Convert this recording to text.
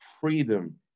freedom